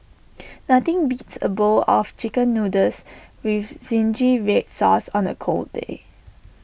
nothing beats A bowl of Chicken Noodles with Zingy Red Sauce on A cold day